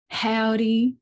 howdy